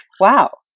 Wow